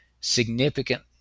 significant